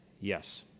Yes